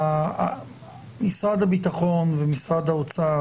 משרד הביטחון ומשרד האוצר,